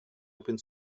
open